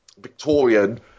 Victorian